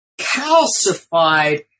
calcified